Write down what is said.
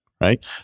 right